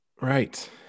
Right